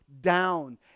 down